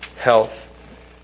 health